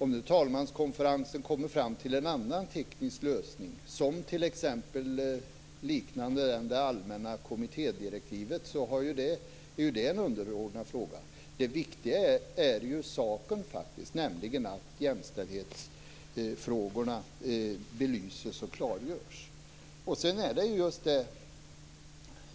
Om nu talmanskonferensen kommer fram till en annan teknisk lösning, t.ex. liknande det allmänna kommittédirektivet, är det en underordnad fråga. Det viktiga är saken faktiskt, nämligen att jämställdhetsfrågorna belyses och klargörs.